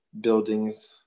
buildings